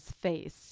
face